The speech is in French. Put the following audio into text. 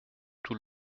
tout